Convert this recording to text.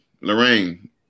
Lorraine